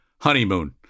honeymoon